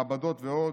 מעבדות ועוד,